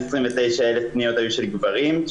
229,000 פניות היו של גברים,